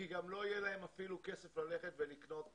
כי גם לא יהיה להם כסף ללכת ולקנות בסופר.